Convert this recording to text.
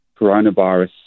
coronavirus